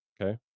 okay